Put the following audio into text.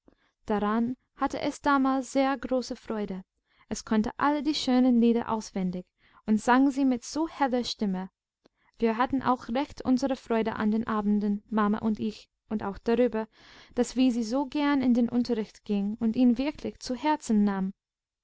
daran hatte es damals sehr große freude es konnte alle die schönen lieder auswendig und sang sie mit so heller stimme wir hatten auch recht unsere freude an den abenden mama und ich und auch darüber daß wisi so gern in den unterricht ging und ihn wirklich zu herzen nahm